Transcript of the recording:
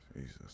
Jesus